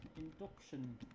induction